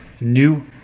new